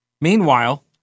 Meanwhile